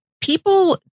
people